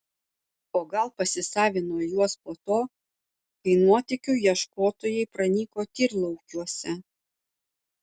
o gal pasisavino juos po to kai nuotykių ieškotojai pranyko tyrlaukiuose